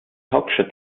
hauptstadt